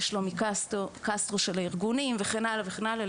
לשלומי קסטו מארגוני הנוער,